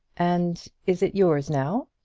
and is it yours now?